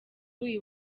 uyu